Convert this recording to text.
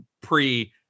pre